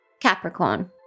Capricorn